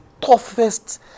toughest